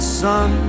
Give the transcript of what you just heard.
sun